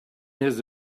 his